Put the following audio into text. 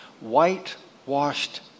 whitewashed